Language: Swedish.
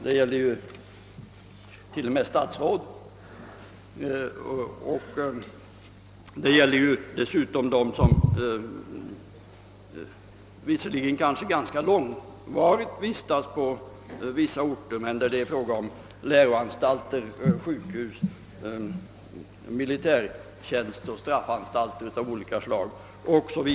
Det gäller t.o.m. statsråd och det gäller dessutom dem, som visserligen ganska långvarigt vistas på vissa orter men där det är fråga om läroanstalter, sjukhus, militärtjänstgöring och straffanstalter av olika slag.